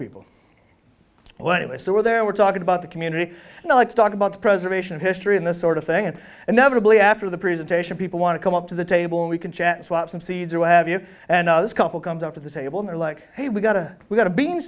people well anyway so we're there we're talking about the community and i like to talk about the preservation of history in this sort of thing and never be after the presentation people want to come up to the table and we can chat and swap some seeds or what have you and this couple comes up to the table they're like hey we got a we got to bea